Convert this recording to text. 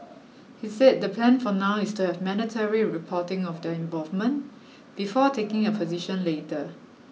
he said the plan for now is to have mandatory reporting of their involvement before taking a position later